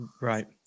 Right